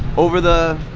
over the